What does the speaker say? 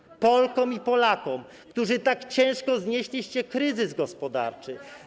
tylko wam, Polkom i Polakom, którzy tak ciężko znieśliście kryzys gospodarczy.